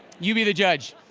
you be the judge.